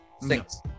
Six